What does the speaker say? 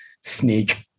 sneak